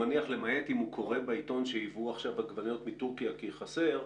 למעט אם הוא קורא בעיתון שייבאו עכשיו עגבניות מתורכיה כי חסר,